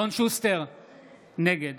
נגד